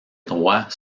droits